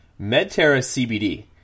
MedTerraCBD